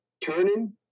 turning